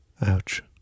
Ouch